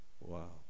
Wow